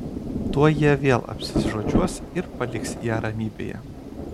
tuoj jie vėl apsižodžiuos ir jis paliks ją ramybėje